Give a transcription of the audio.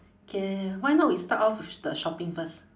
K why not we start off with the shopping first